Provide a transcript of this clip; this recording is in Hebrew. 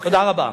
תודה רבה.